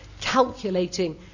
calculating